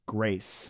Grace